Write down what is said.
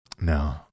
No